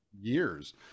years